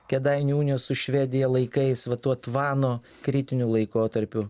kėdainių unijos su švedija laikais va tuo tvano kritiniu laikotarpiu